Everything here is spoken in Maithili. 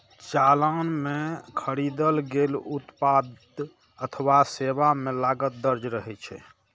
चालान मे खरीदल गेल उत्पाद अथवा सेवा के लागत दर्ज रहै छै